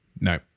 No